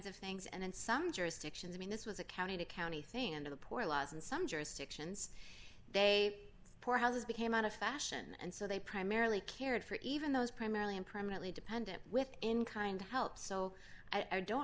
of things and in some jurisdictions i mean this was a county to county thing and of the poor laws in some jurisdictions they poorhouses became out of fashion and so they primarily cared for even those primarily in permanently dependant within kind of help so i don't